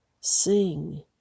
Sing